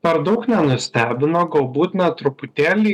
per daug nenustebino galbūt net truputėlį